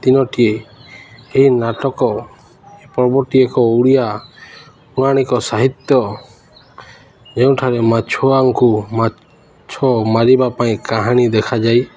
ତିିନୋଟି ଏହି ନାଟକ ପର୍ବଟି ଏକ ଓଡ଼ିଆ ପୌରାଣିକ ସାହିତ୍ୟ ଯେଉଁଠାରେ ମାଛୁଆଙ୍କୁ ମାଛ ମାରିବା ପାଇଁ କାହାଣୀ ଦେଖାଯାଇ